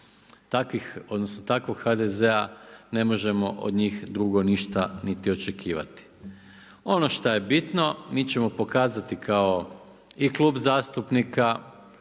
takvih, odnosno takvog HDZ-a ne možemo od njih drugo ništa niti očekivati. Ono šta je bitno, mi ćemo pokazati kao i klub zastupnika